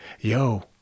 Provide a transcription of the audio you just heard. Yo